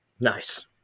Nice